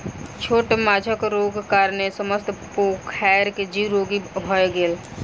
छोट माँछक रोगक कारणेँ समस्त पोखैर के जीव रोगी भअ गेल